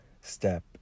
step